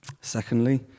Secondly